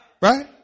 Right